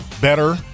better